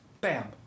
bam